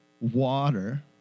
water